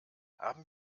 haben